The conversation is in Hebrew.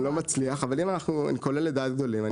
אם אני קולע לדעת גדולים,